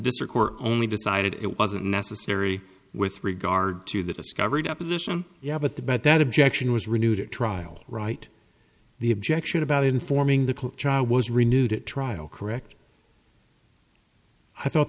district court only decided it wasn't necessary with regard to the discovery deposition yeah but the bet that objection was renewed at trial right the objection about informing the trial was renewed at trial correct i thought